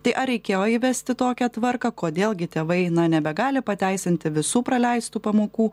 tai ar reikėjo įvesti tokią tvarką kodėl gi tėvai nebegali pateisinti visų praleistų pamokų